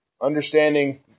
Understanding